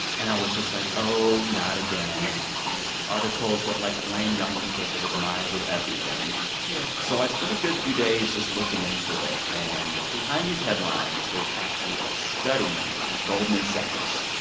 and i was just like, oh, not again these articles that, like, blame young people for the demise of everything yeah so i spent a good few days just looking into it. and behind these headlines, there's actually a study from goldman sachs.